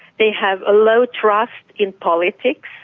they have a low trust in politics,